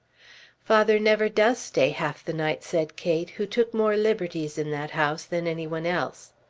father never does stay half the night, said kate, who took more liberties in that house than any one else.